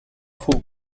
fum